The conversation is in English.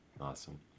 Awesome